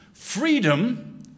Freedom